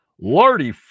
Lordy